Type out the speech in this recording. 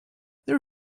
there